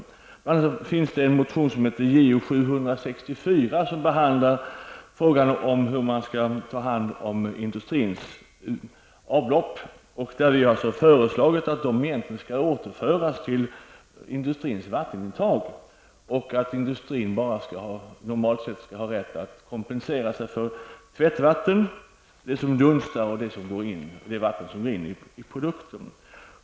Bl.a. finns det en motion, JoU 764, som behandlar frågan om hur man skall ta hand om industrins avlopp. I motionen har vi föreslagit att det egentligen skall återföras till industrins vattenintag och att industrin normalt sett bara skall ha rätt att kompensera sig för tvättvatten, det vatten som dunstar och det som går in i produkten.